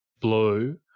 blue